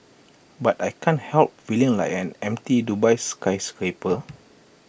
but I can't help feeling like an empty Dubai skyscraper